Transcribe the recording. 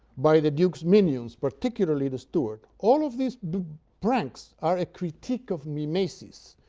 by the duke's minions, particularly, the steward. all of these pranks are a critique of mimesis,